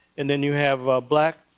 and then, you have black.